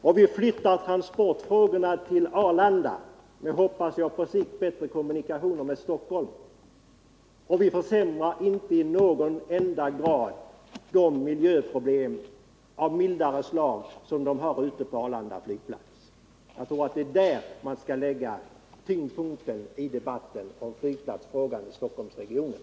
Om vi flyttar transporterna till Arlanda, som — hoppas jag — på sikt får bättre kommunikationer med Stockholm, försämrar vi inte i nämnvärd grad de miljöproblem av mildare slag som finns på Arlanda flygplats. Jag tror det är här man skall lägga tyngdpunkten i debatten om flygplatsfrågan i Stockholmsregionen.